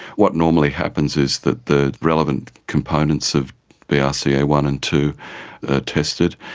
what normally happens is that the relevant components of b r c a one and two are tested,